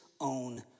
own